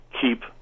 keep